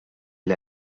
l’a